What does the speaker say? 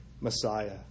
Messiah